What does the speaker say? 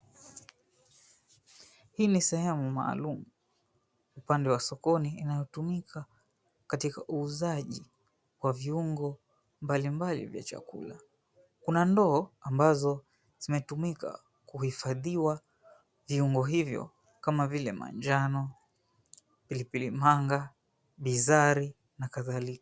Hii ni sehemu maalum upande wa sokoni inayotumika katika uuzaji wa viungo mbalimbali vya chakula. Kuna ndoo ambazo zimetumika kuhifadhiwa viungo hivyo kama vile manjano, pilipili manga, bizari na kadhalika.